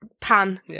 pan